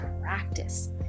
practice